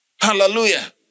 Hallelujah